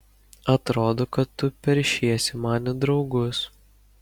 atrodo kad tu peršiesi man į draugus